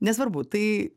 nesvarbu tai